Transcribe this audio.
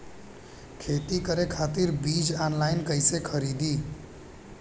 खेती करे खातिर बीज ऑनलाइन कइसे खरीदी?